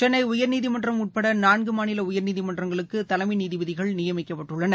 சென்னை உயர்நீதிமன்றம் உட்பட நான்கு மாநில உயர்நீதிமன்றங்களுக்கு தலைமை நீதிபதிகள் நியமிக்கப்பட்டுள்ளனர்